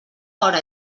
hora